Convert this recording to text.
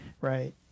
right